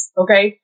okay